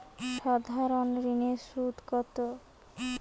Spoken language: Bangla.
সাধারণ ঋণের সুদ কত?